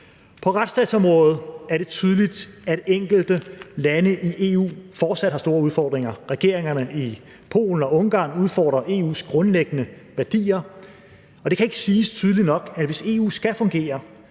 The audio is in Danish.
På retsstatsområdet er det tydeligt, at enkelte lande i EU fortsat har store udfordringer. Regeringerne i Polen og Ungarn udfordrer EU's grundlæggende værdier. Det kan ikke siges tydeligt nok, at hvis EU skal fungere,